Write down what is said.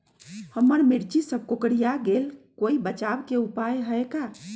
हमर मिर्ची सब कोकररिया गेल कोई बचाव के उपाय है का?